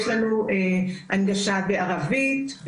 יש לנו הנגשה בערבית,